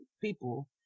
people